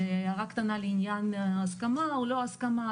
זאת הערה קטנה לעניין ההסכמה או לא הסכמה.